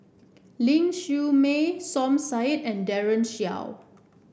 Ling Siew May Som Said and Daren Shiau